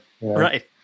Right